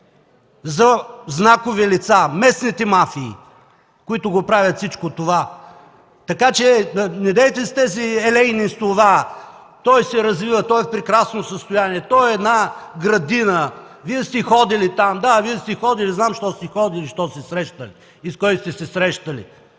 за знакови лица, местните мафии, които правят всичко това. Така че недейте с тези елейни слова: „Той се развива, той е в прекрасно състояние, той е една градина”. Вие сте ходили там. Да, знам защо сте ходили и с кой сте се срещали.